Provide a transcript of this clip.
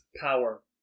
power